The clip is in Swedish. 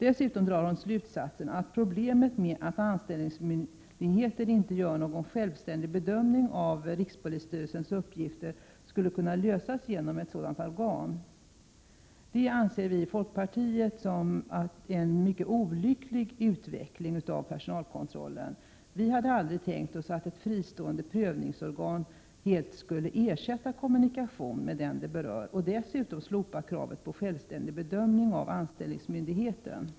Dessutom drar hon slutsatsen att problemet med att anställningsmyndigheten inte gör någon självständig bedömning av rikspolisstyrelsens uppgifter skulle kunna lösas genom ett sådant organ. Vii folkpartiet anser att det vore en mycket olycklig utveckling av personalkontrollen. Vi hade aldrig tänkt oss att ett fristående prövningsorgan helt skulle ersätta kommunikation med den det berör och att man dessutom skulle slopa kravet på självständig bedömning av anställningsmyndigheten.